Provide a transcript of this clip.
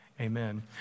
Amen